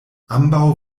ambaŭ